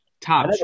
top